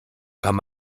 kann